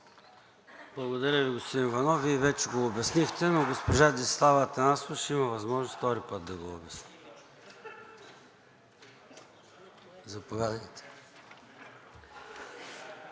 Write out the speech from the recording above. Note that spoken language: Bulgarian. Благодаря Ви, господин Иванов. Вие вече го обяснихте, но госпожа Десислава Атанасова ще има възможност втори път да го обясни. Заповядайте.